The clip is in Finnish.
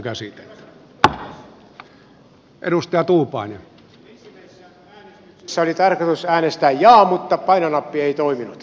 ensimmäisessä äänestyksessä oli tarkoitus äänestää jaa mutta painonappi ei toiminut